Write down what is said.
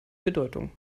bedeutung